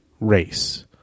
race